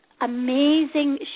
amazing